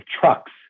trucks